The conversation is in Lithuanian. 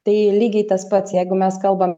tai lygiai tas pats jeigu mes kalbam